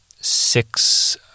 six